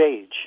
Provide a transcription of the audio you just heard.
age